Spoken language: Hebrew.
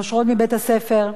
נושרות מבית-הספר,